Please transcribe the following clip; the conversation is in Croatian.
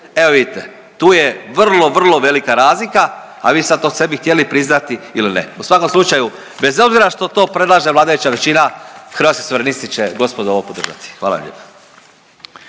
Evo vidite tu je vrlo, vrlo velika razlika, a vi sad to sebi htjeli priznati ili ne. U svakom slučaju bez obzira što to predlaže vladajuća većina Hrvatski suverenisti će gospodo ovo podržati. Hvala vam